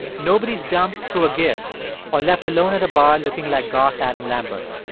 nobody's dumped through a gif or left alone at a bar looking like goth adam lambert.